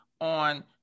on